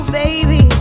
baby